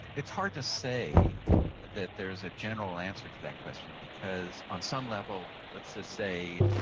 it's hard to say that there's a general answer to that question because on some level, let's just say,